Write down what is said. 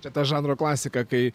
čia ta žanro klasika kai